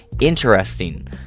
Interesting